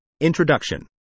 Introduction